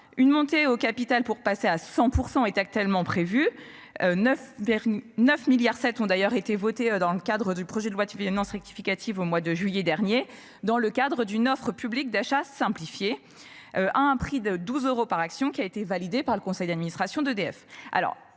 une montée au capital pour passer à 100% est actuellement prévu. 9. 9 milliards, 7 ont d'ailleurs été votées dans le cadre du projet de loi de finances rectificative au mois de juillet dernier dans le cadre d'une offre publique d'achat simplifiée. À un prix de 12 euros par action qui a été validée par le conseil d'administration d'EDF.